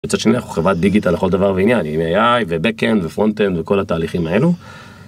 מצד שני אנחנו חברת דיגיטל לכל דבר ועניין, עם AI ובקאנד ופרונטאנד וכל התהליכים האלו.